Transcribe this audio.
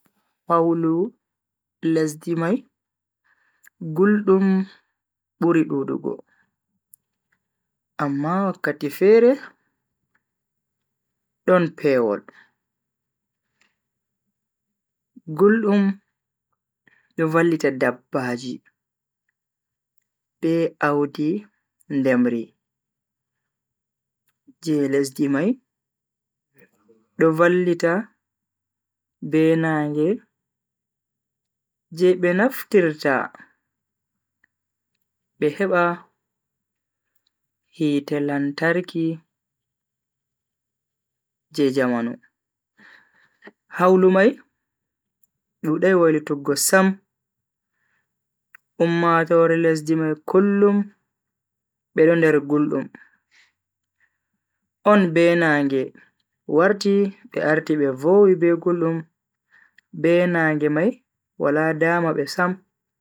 Hawlu lesdi mai guldum buri dudugo amma wakkati fere don pewol. guldum do vallita dabbaji be Audi ndemri je lesdi mai do vallita be nange je be nafftirta be heba hite lantarki je jamanu. Hawlu mai dudai wailutuggo Sam ummatoore lesdi mai kullum bedo nder guldum on be nage warti be arti be vowi be guldum be nage mai Wala dama be Sam. wakkati sedda on tan be hebata pewol be ndiyam heba lesdi mai su'a Audi mabbe heba ko naftira mauna.